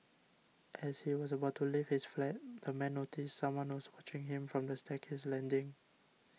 as he was about to leave his flat the man noticed someone was watching him from the staircase landing